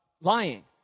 lying